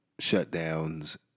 shutdowns